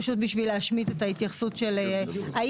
פשוט בשביל להשמיט את ההתייחסות של אי